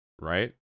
right